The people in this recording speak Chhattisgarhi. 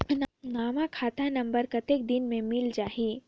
नवा खाता नंबर कतेक दिन मे मिल जाही?